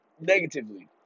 negatively